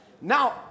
now